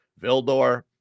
Vildor